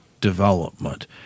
development